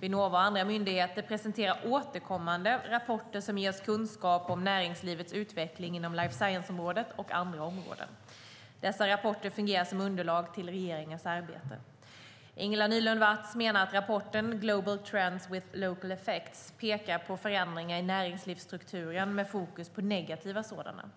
Vinnova och andra myndigheter presenterar återkommande rapporter som ger oss kunskap om näringslivets utveckling inom life science-området och andra områden. Dessa rapporter fungerar som underlag till regeringens arbete. Ingela Nylund Watz menar att rapporten Global Trends with Local Effects pekar på förändringar i näringslivsstrukturen med fokus på negativa sådana.